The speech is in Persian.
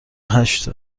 هشت